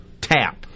tap